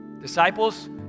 Disciples